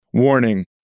Warning